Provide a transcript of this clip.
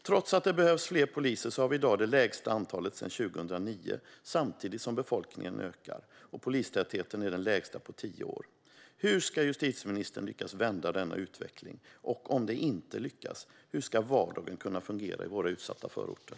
Trots att det behövs fler poliser har vi i dag det lägsta antalet sedan 2009 samtidigt som befolkningen ökar och polistätheten är den lägsta på tio år. Hur ska justitieministern lyckas vända denna utveckling? Om det inte lyckas, hur ska vardagen kunna fungera i våra utsatta förorter?